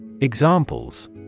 Examples